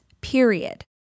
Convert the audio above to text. period